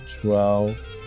Twelve